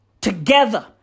together